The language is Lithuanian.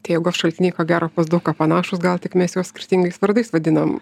tie jėgos šaltiniai ko gero pas daug ką panašūs gal tik mes juos skirtingais vardais vadinam